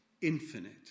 infinite